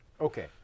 Okay